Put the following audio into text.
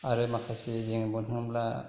आरो माखासे जों बुंनो थाङोब्ला